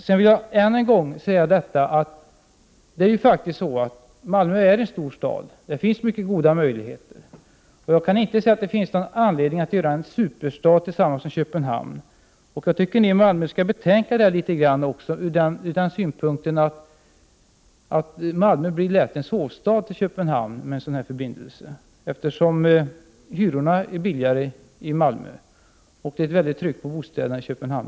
Jag vill än en gång säga att Malmö är en stor stad som har mycket goda möjligheter, och det finns inte någon anledning att göra en superstad av Malmö tillsammans med Köpenhamn. Jag tycker att ni i Malmö skall betänka detta litet grand, ur den synpunkten att Malmö lätt blir en sovstad till Köpenhamn med en sådan här förbindelse, eftersom hyrorna är billigare i Malmö och det är ett starkt tryck på bostäderna i Köpenhamn.